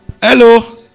Hello